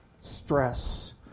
stress